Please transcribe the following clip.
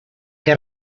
que